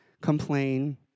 complain